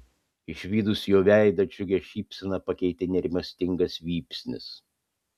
išvydus jo veidą džiugią šypseną pakeitė nerimastingas vypsnis